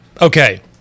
Okay